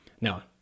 Now